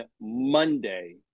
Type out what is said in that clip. Monday